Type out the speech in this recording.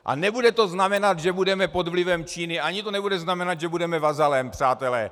A nebude to znamenat, že budeme pod vlivem Číny, ani to nebude znamenat, že budeme vazalem, přátelé.